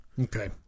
Okay